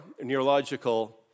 neurological